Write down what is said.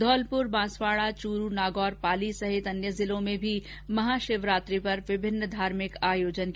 धौलपुर बांसवाडा चूरू नागौर पाली सहित अन्य जिलों में भी महाशिवरात्रि पर विभिन्न धार्मिक आयोजन किए जा रहे हैं